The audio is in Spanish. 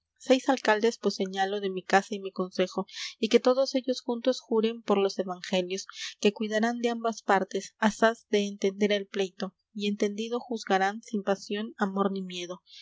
seis alcaldes vos señalo de mi casa y mi consejo y que todos ellos juntos juren por los evangelios que cuidarán de ambas partes asaz de entender el pleito y entendido juzgarán sin pasión amor ni miedo